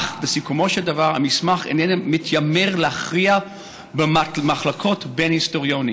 אך בסיכומו של דבר המסמך איננו מתיימר להכריע במחלוקות בין היסטוריונים.